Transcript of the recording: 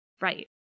Right